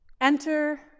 Enter